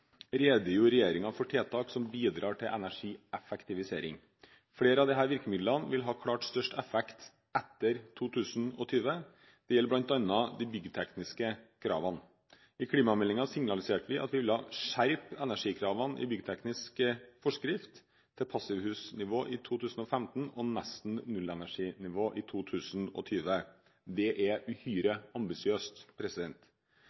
redegjorde regjeringen for tiltak som bidrar til energieffektivisering. Flere av disse virkemidlene vil ha klart størst effekt etter 2020. Det gjelder bl.a. de byggtekniske kravene. I klimameldingen signaliserte vi at vi ville skjerpe energikravene i byggteknisk forskrift til passivhusnivå i 2015 og til nesten nullenerginivå i 2020. Det er uhyre